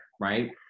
right